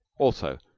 also,